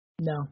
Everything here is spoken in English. No